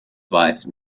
wife